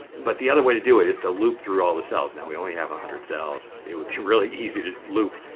but the other way to do it is to loop through all the cells. now, we only have one ah hundred cells it would be really easy to loop.